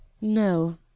No